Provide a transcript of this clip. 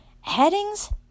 headings